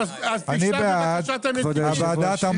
אז תשלח בבקשה את הנציגים של ארגון נכי צה"ל --- הוועדה